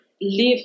live